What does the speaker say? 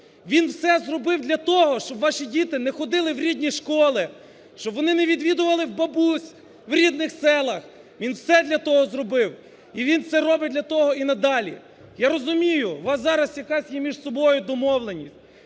він все зробив для того, щоб ваші діти не ходили в рідні школи, щоб вони не відвідували бабусь в рідних селах, він все для того зробив. І він все робить для того і надалі. Я розумію, у вас зараз є якась між собою домовленість,